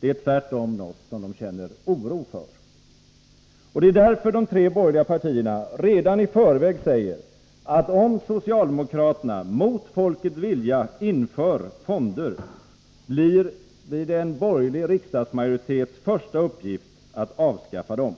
Det är tvärtom något som de känner oro inför. Det är därför de tre borgerliga partierna redan i förväg säger att om socialdemokraterna, mot folkets vilja, inför fonder blir det en borgerlig riksdagsmajoritets första uppgift att avskaffa dem.